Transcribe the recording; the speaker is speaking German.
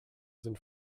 sind